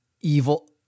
evil